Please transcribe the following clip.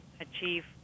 achieve